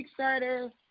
Kickstarter